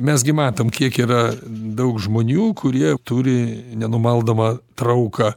mes gi matom kiek yra daug žmonių kurie turi nenumaldomą trauką